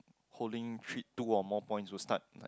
holding three two or points would start like